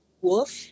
wolf